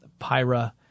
pyra